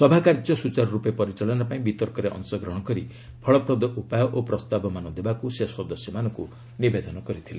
ସଭାକାର୍ଯ୍ୟ ସୁଚାରର୍ପେ ପରିଚାଳନା ପାଇଁ ବିତର୍କରେ ଅଂଶଗ୍ରହଣ କରି ଫଳପ୍ରଦ ଉପାୟ ଓ ପ୍ରସ୍ତାବମାନ ଦେବାକୁ ସେ ସଦସ୍ୟମାନଙ୍କୁ ନିବେଦନ କରିଥିଲେ